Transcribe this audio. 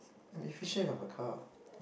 very efficient if I have a car